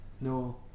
No